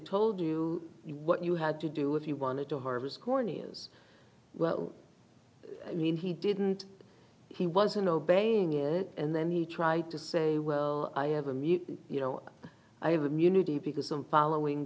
told you what you had to do if you wanted to harvest corneas well i mean he didn't he wasn't obeying it and then he tried to say well i have a mutant you know i have immunity because i'm following